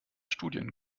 studien